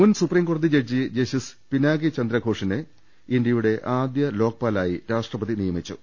മുൻ സുപ്രീംകോടതി ജഡ്ജി ജസ്റ്റിസ് പിനാകി ചന്ദ്രഘോഷിനെ ഇന്ത്യയുടെ ആദ്യ ലോക്പാലായി രാഷ്ട്രപതി നിയമിച്ചു